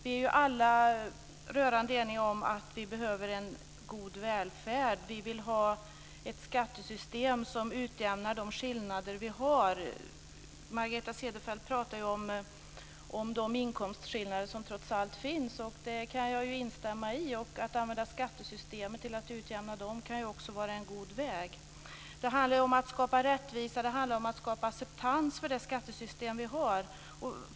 Vi är ju alla rörande eniga om att vi behöver en god välfärd. Vi vill ha ett skattesystem som utjämnar skillnader. Margareta Cederfelt talade om inkomstskillnader och att de trots allt finns, och det kan jag instämma i. Att använda skattesystemet till att utjämna dem kan vara en god väg. Det handlar ju om att skapa rättvisa och att skapa acceptans för det skattesystem som vi har.